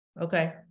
okay